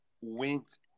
went